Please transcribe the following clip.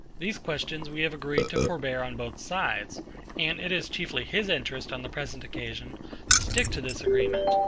these questions we have agreed to forbear on both sides and it is chiefly his interest on the present occasion to stick to this agreement.